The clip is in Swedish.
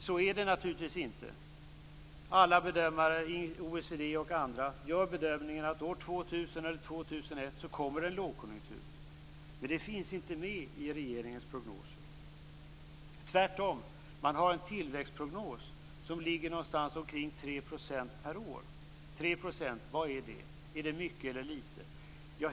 Så är det naturligtvis inte. Alla bedömare i OECD och andra länder gör bedömningen att år 2000 eller år 2001 kommer en lågkonjunktur. Men den finns inte med i regeringens prognoser. Tvärtom! Man har en tillväxtprognos som ligger på ca 3 % per år. Vad är 3 %? Är det mycket eller litet?